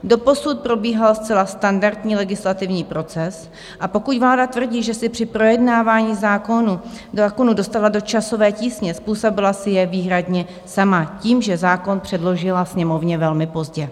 Doposud probíhal zcela standardní legislativní proces, a pokud vláda tvrdí, že se při projednávání zákona dostala do časové tísně, způsobila si ji výhradně sama tím, že zákon předložila Sněmovně velmi pozdě.